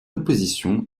opposition